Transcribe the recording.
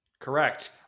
Correct